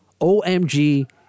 OMG